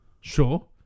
Sure